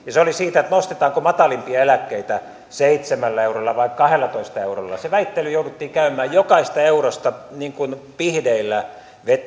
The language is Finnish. se oli siitä nostetaanko matalimpia eläkkeitä seitsemällä eurolla vai kahdellatoista eurolla se väittely jouduttiin käymään jokaisesta eurosta niin kuin pihdeillä